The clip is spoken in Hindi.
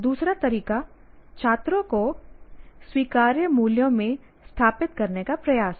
दूसरा तरीका छात्रों को स्वीकार्य मूल्यों में स्थापित करने का प्रयास है